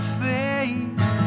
face